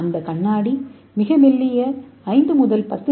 இந்த கண்ணாடி மிக மெல்லிய 5 முதல் 10 என்